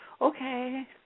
Okay